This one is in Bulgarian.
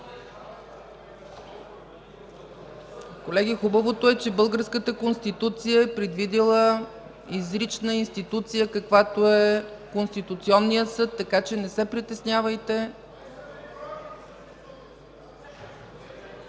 Колеги, хубаво е, че българската Конституция е предвидила изрична институция каквато е Конституционният съд. Така че не се притеснявайте.